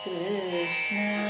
Krishna